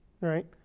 right